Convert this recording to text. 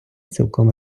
цілком